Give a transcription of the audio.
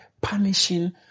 punishing